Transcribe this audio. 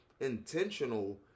intentional